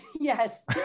Yes